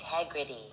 integrity